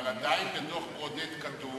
אבל עדיין, בדוח-ברודט כתוב